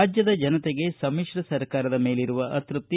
ರಾಜ್ಯದ ಜನತೆಗೆ ಸಮ್ಮಿಶ್ರ ಸರ್ಕಾರದ ಮೇಲಿರುವ ಅತೃಪ್ತಿ